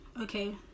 okay